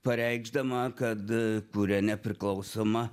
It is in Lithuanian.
pareikšdama kad kuria nepriklausomą